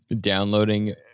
Downloading